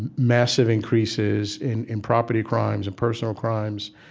massive increases in in property crimes and personal crimes,